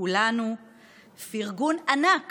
מכולנו פרגון ענק